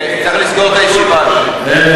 צריך לסגור את הישיבה, אדוני.